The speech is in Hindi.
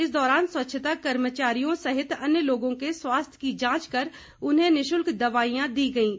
इस दौरान स्वच्छता कर्मचारियों सहित अन्य लोगों के स्वास्थ्य की जांच कर उन्हें निशुल्क दवाईयां दी गयीं